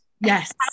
Yes